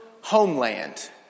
homeland